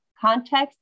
context